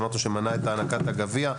דבר שמנע את הענקת הגביע,